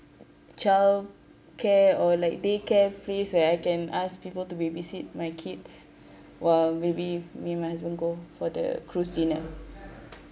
child care or like daycare place where I can ask people to babysit my kids while maybe me my husband go for the cruise dinner